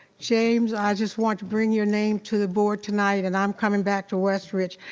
james, i just want to bring your name to the board tonight, and i'm coming back to westridge.